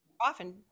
often